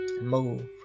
move